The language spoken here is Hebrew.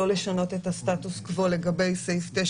לא לשנות את הסטטוס קוו לגבי סעיף 9,